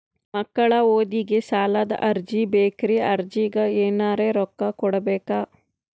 ಮಕ್ಕಳ ಓದಿಗಿ ಸಾಲದ ಅರ್ಜಿ ಬೇಕ್ರಿ ಅರ್ಜಿಗ ಎನರೆ ರೊಕ್ಕ ಕೊಡಬೇಕಾ?